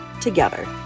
together